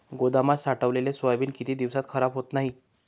गोदामात साठवलेले सोयाबीन किती दिवस खराब होत नाही?